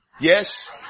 Yes